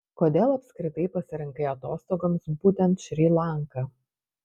kodėl apskritai pasirinkai atostogoms būtent šri lanką